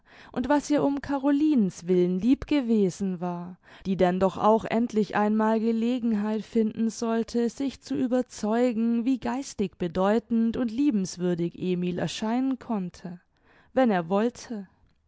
und was ihr um carolinens willen lieb gewesen war die denn doch auch endlich einmal gelegenheit finden sollte sich zu überzeugen wie geistig bedeutend und liebenswürdig emil erscheinen konnte wenn er wollte